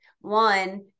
one